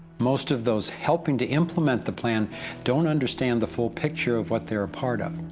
most of those helping to implement the plan don't understand the full picture of what they're part of.